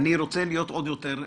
אני רוצה להיות עוד יותר ספציפי.